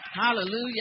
hallelujah